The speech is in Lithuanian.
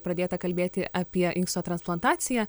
pradėta kalbėti apie inksto transplantaciją